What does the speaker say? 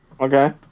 Okay